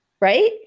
right